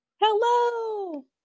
hello